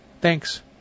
Thanks